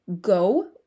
go